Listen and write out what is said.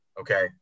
Okay